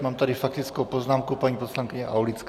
Mám tady faktickou poznámku paní poslankyně Aulická.